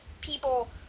people